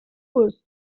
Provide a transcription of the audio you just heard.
was